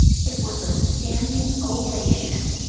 it was a standing ovation.